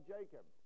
Jacob